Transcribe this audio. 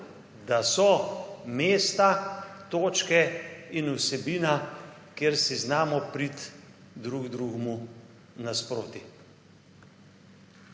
da so mesta, točke in vsebina, kjer si znamo prit drug drugemu nasproti.